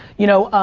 you know,